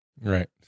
Right